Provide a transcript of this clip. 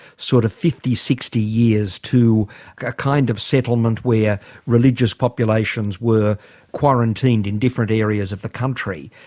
sort of, fifty, sixty years to a kind of settlement where religious populations were quarantined in different areas of the country,